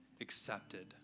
accepted